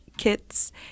Kits